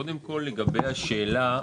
קודם כל, לגבי השאלה.